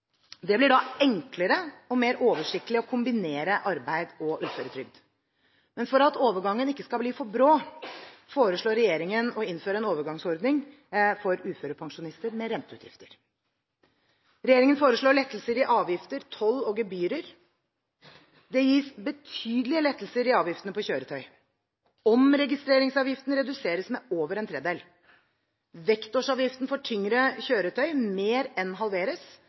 Det blir da enklere og mer oversiktlig å kombinere arbeid og uføretrygd. For at overgangen ikke skal bli for brå, foreslår regjeringen å innføre en overgangsordning for uførepensjonister med renteutgifter. Regjeringen foreslår lettelser i avgifter, toll og gebyrer. Det gis betydelige lettelser i avgiftene på kjøretøy. Omregistreringsavgiften reduseres med over en tredjedel. Vektårsavgiften for tyngre kjøretøy mer enn halveres